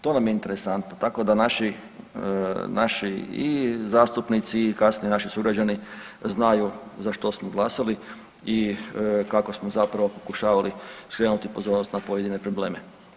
To nam je interesantno, tako da naši i zastupnici i kasnije naši sugrađani znaju za što smo glasali i kako smo zapravo pokušavali skrenuti pozornost na pojedine probleme.